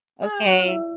okay